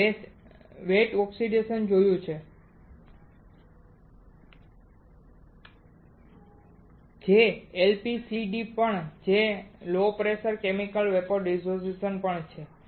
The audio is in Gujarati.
આપણે વેટ ઓક્સિડેશનમાં જોયું છે જે LPCVD પણ છે જે low pressure chemical vapour deposition પણ છે